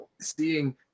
seeing